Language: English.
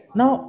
now